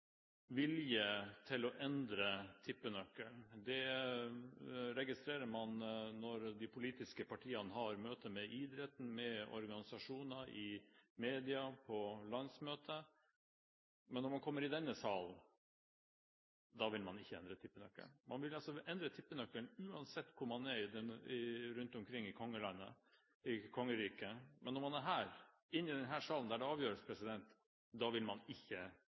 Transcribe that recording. vilje til å endre tippenøkkelen. Det registrerer man når de politiske partiene har møter med idretten, med organisasjoner, i media og på landsmøter. Men når man kommer i denne salen, vil man ikke endre tippenøkkelen. Man vil altså endre tippenøkkelen uansett hvor man er rundt omkring i kongeriket, men når man er her – inne i denne salen der det avgjøres – vil man ikke